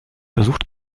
versucht